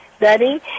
Daddy